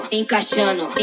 encaixando